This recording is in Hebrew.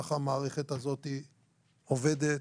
כך המערכת הזאת עובדת,